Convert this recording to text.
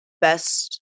best